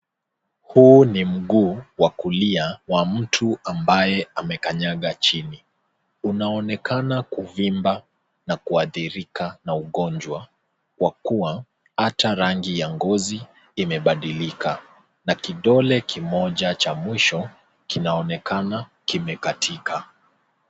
Huu ni mguu wa kulia wa mtu ambaye amekaganyaga chini. Unaonekana kupimba na kuhadhirika na ugonjwa kwa kuwa hata rangi ya ngozi imebandilika na kidole kimoja cha mwisho kinaonekana kimekatika.